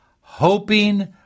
hoping